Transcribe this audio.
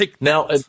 Now